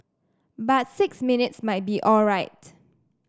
but six minutes might be alright